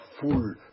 full